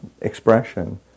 expression